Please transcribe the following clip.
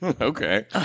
okay